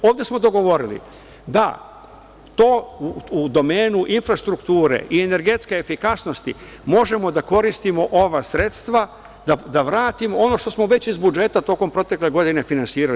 Ovde smo dogovorili da u domenu infrastrukture i energetske efikasnosti možemo da koristimo ova sredstva da vratimo ono što smo već iz budžeta tokom protekle godine finansirali.